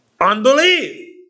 unbelief